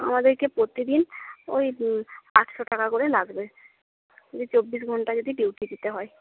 আমাদেরকে প্রতিদিন ওই আটশো টাকা করে লাগবে যদি চব্বিশ ঘন্টা যদি ডিউটি দিতে হয়